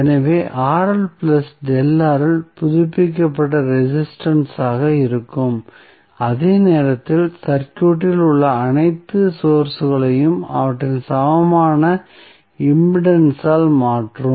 எனவே RL ΔR புதுப்பிக்கப்பட்ட resistance ஆக இருக்கும் அதே நேரத்தில் சர்க்யூட்டில் உள்ள அனைத்து சோர்ஸ்களையும் அவற்றின் சமமான இம்பெடன்செஸ் ஆல் மாற்றும்